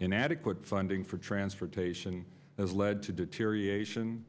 inadequate funding for transportation as led to deterioration